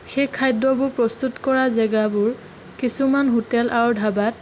সেই খাদ্যবোৰ প্ৰস্তুত কৰা জেগাবোৰ কিছুমান হোটেল আৰু ধাবাত